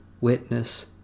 witness